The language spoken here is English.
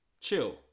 chill